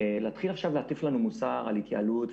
להתחיל עכשיו להטיף לנו מוסר על התייעלות,